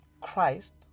Christ